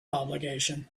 obligation